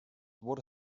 would